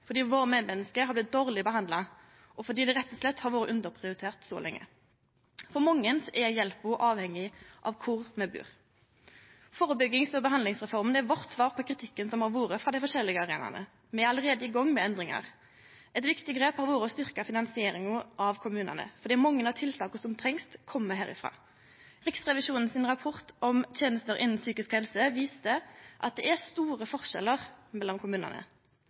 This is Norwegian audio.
våre medmenneske har blitt dårleg behandla, og det har rett og slett vore underprioritert lenge. For mange er hjelpa avhengig av kor ein bur. Førebyggings- og behandlingsreforma er vårt svar på kritikken som har vore frå dei forskjellige arenaane. Me er allereie i gong med endringar. Eit viktig grep har vore å styrkje finansieringa av kommunane, for mange av tiltaka som trengst, kjem herifrå. Riksrevisjonen sin rapport om tenester innan psykisk helse viste at det er store forskjellar mellom kommunane.